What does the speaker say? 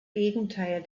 gegenteil